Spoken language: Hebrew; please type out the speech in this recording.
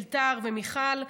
אלתר ומיכל,